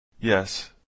Yes